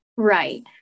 Right